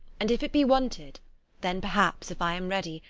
and if it be wanted then, perhaps, if i am ready,